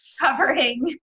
covering